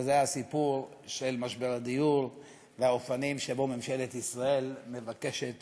וזה הסיפור של משבר הדיור והאופנים שבהם ממשלת ישראל מבקשת